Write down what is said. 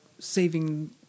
saving